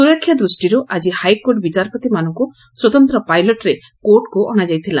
ସୁରକ୍ଷା ଦୂଷିରୁ ଆକି ହାଇକୋର୍ଟ ବିଚାରପତିମାନଙ୍ଙ୍ ସ୍ୱତନ୍ତ ପାଇଲଟ୍ରେ କୋର୍ଟକୁ ଅଣାଯାଇଥିଲା